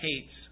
hates